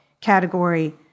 category